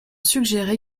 suggéré